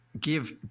give